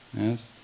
Yes